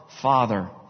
father